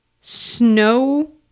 snow